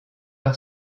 par